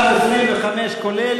עד 25, כולל.